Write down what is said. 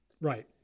Right